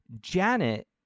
janet